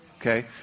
okay